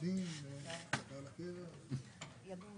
הסתייגות מספר 10. במקום "בו" יבוא